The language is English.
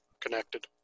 connected